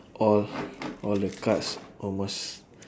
all all the cards almost